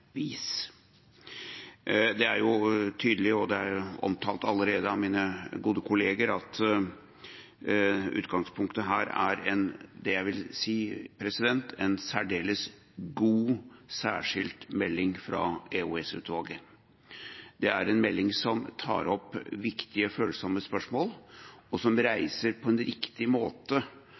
Det er tydelig – og det er allerede omtalt av mine gode kolleger – at utgangspunktet her er, vil jeg si, en særdeles god Særskilt melding fra EOS-utvalget. Det er en melding som tar opp viktige, følsomme spørsmål, og som på en riktig måte